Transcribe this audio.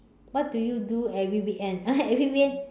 what do you do every weekend every weekend